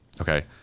Okay